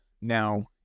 Now